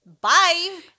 Bye